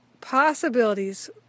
possibilities